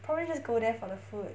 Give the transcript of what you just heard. probably just go there for the food